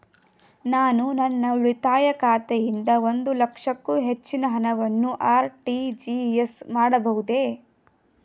ನಾನು ನನ್ನ ಉಳಿತಾಯ ಖಾತೆಯಿಂದ ಒಂದು ಲಕ್ಷಕ್ಕೂ ಹೆಚ್ಚಿನ ಹಣವನ್ನು ಆರ್.ಟಿ.ಜಿ.ಎಸ್ ಮಾಡಬಹುದೇ?